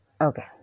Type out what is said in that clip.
okay